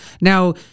Now